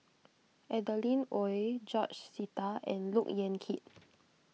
Adeline Ooi George Sita and Look Yan Kit